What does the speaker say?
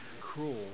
cruel